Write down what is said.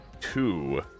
two